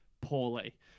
poorly